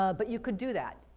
ah but you could do that,